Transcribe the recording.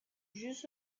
jeux